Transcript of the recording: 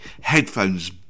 headphones